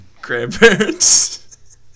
grandparents